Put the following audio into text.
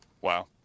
Wow